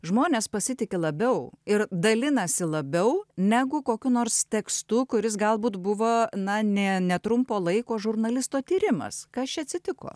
žmonės pasitiki labiau ir dalinasi labiau negu kokiu nors tekstu kuris galbūt buvo na ne netrumpo laiko žurnalisto tyrimas kas čia atsitiko